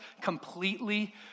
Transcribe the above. completely